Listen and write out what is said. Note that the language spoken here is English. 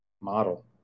model